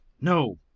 No